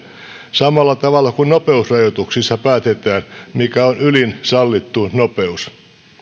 samalla tavalla kuin nopeusrajoituksissa päätetään mikä on ylin sallittu nopeus